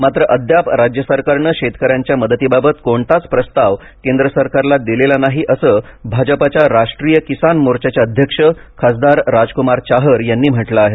मात्र अद्याप राज्य सरकारनं शेतकऱ्यांच्या मदतीबाबत कोणताच प्रस्ताव केंद्र सरकारला दिलेला नाही असं भाजपाच्या राष्ट्रीय किसान मोर्चाचे अध्यक्ष खासदार राजकुमार चाहर यांनी म्हटलं आहे